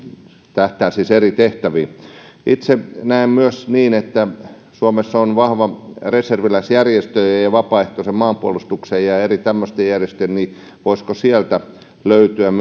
tähtää siis eri tehtäviin itse näen myös niin että kun suomessa on vahvoja reserviläisjärjestöjä ja ja vapaaehtoisen maanpuolustuksen järjestöjä ja tämmöisiä niin voisiko myös sieltä löytyä